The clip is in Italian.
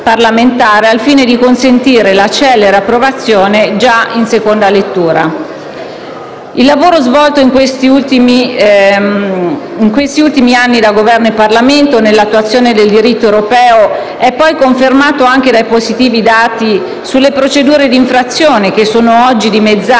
al fine di consentire la celere approvazione già in seconda lettura. Il lavoro svolto in questi ultimi anni dal Governo e dal Parlamento nell'attuazione del diritto europeo è poi confermato anche dai positivi dati sulle procedure di infrazione, che sono oggi dimezzate